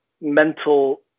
mental